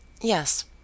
yes